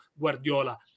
Guardiola